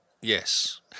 Yes